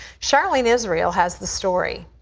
charlene israel has the story.